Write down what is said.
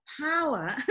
power